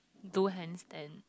do hands and